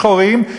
שחורים,